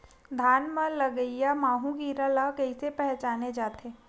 धान म लगईया माहु कीरा ल कइसे पहचाने जाथे?